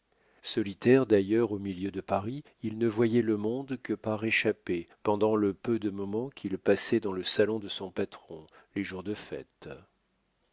solitaire d'ailleurs au milieu de paris il ne voyait le monde que par échappées pendant le peu de moments qu'il passait dans le salon de son patron les jours de fête